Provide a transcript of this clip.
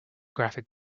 graphic